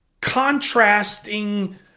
contrasting